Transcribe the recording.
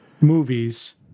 movies